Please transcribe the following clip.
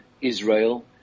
Israel